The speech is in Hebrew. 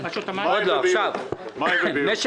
בקשה מס'